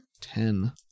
Ten